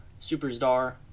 Superstar